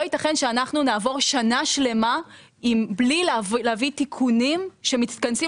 לא ייתכן שאנחנו נעבור שנה שלמה בלי להביא תיקונים שמתכנסים